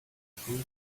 full